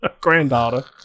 granddaughter